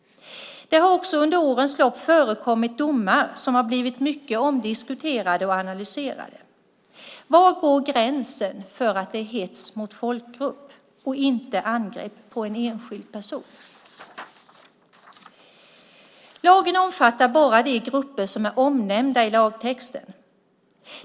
Det har också under årens lopp förekommit domar som har blivit mycket omdiskuterade och analyserade. Var går gränsen för att det är hets mot folkgrupp och inte angrepp på en enskild person? Lagen omfattar bara de grupper som är omnämnda i lagtexten.